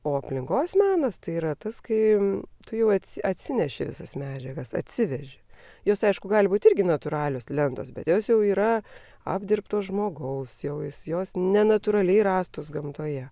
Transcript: o aplinkos menas tai yra tas kai tu jau atsi atsineši visas medžiagas atsiveži jos aišku gali būti irgi natūralios lentos bet jos jau yra apdirbtos žmogaus jau jis jos nenatūraliai rąstos gamtoje